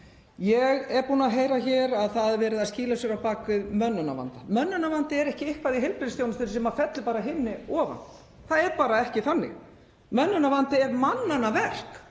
Ég er búin að heyra hér að það er verið að skýla sér á bak við mönnunarvanda. Mönnunarvandi er ekki eitthvað í heilbrigðisþjónustunni sem fellur bara af himni ofan. Það er bara ekki þannig. Mönnunarvandi er mannanna verk